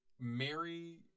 Mary